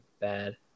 bad